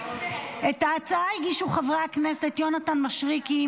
את ההצעה הגישו חברי הכנסת יונתן מישרקי,